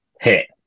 hit